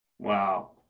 Wow